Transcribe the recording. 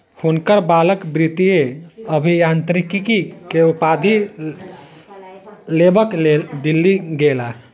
हुनकर बालक वित्तीय अभियांत्रिकी के उपाधि लेबक लेल दिल्ली गेला